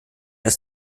aus